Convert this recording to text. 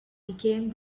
became